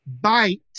bite